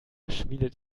schmiedet